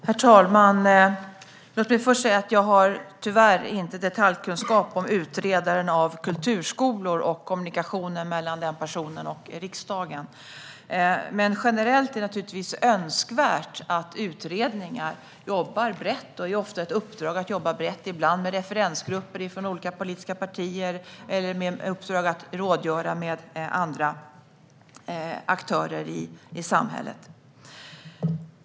Herr talman! Låt mig först säga att jag tyvärr inte har detaljkunskap om utredaren av kulturskolor och kommunikationen mellan den personen och riksdagen. Men generellt är det naturligtvis önskvärt att utredningar jobbar brett, ibland med referensgrupper från olika politiska partier eller med uppdrag att rådgöra med andra aktörer i samhället.